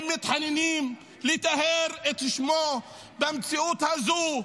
הם מתחננים לטהר את שמו במציאות הזו,